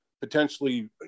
potentially